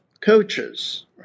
coaches